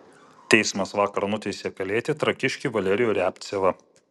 teismas vakar nuteisė kalėti trakiškį valerijų riabcevą